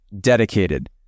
Dedicated